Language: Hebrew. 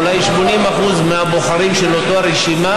משהו בהקשר של השלום עם ירדן,